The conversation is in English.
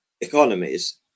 economies